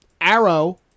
Arrow